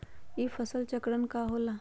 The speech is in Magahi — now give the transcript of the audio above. ई फसल चक्रण का होला?